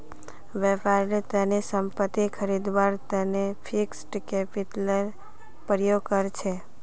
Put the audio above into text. व्यापारेर तने संपत्ति खरीदवार तने फिक्स्ड कैपितलेर प्रयोग कर छेक